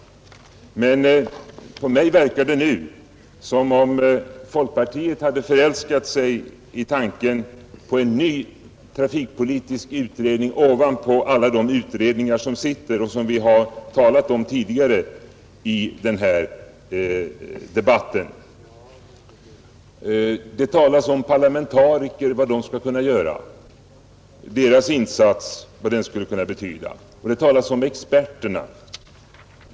På mig verkar det som om folkpartiet nu hade förälskat sig i tanken på en ny trafikpolitisk utredning ovanpå alla de utredningar som redan arbetar och som har berörts tidigare i denna debatt. Det talas om vad parlamentarikerna skall göra och vad deras insats skulle kunna betyda och det talas även om experterna.